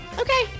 Okay